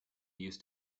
used